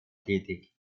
tätig